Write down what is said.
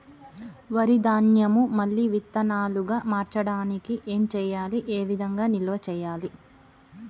వరి ధాన్యము మళ్ళీ విత్తనాలు గా మార్చడానికి ఏం చేయాలి ఏ విధంగా నిల్వ చేయాలి?